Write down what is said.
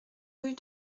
rue